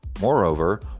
Moreover